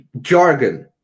jargon